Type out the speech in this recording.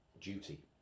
duty